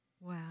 Wow